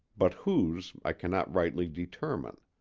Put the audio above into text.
but whose i cannot rightly determine.